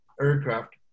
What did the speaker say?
aircraft